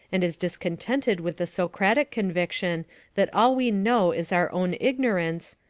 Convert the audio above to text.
and is discontented with the socratic conviction that all we know is our own ignorance,